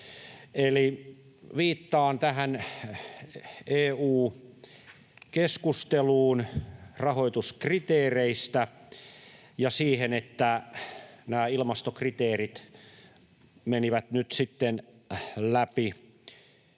Viittaan tähän EU-keskusteluun rahoituskriteereistä ja siihen, että nämä ilmastokriteerit menivät nyt sitten läpi.